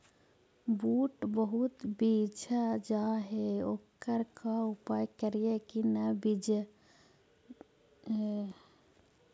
बुट बहुत बिजझ जा हे ओकर का उपाय करियै कि न बिजझे?